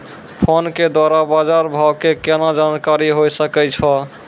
Phone के द्वारा बाज़ार भाव के केना जानकारी होय सकै छौ?